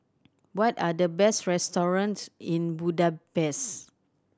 what are the best restaurants in Budapest